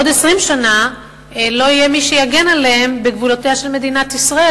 בעוד 20 שנה לא יהיה מי שיגן עליהם בגבולותיה של מדינת ישראל